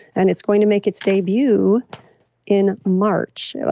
and it's going to make its debut in march.